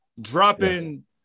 Dropping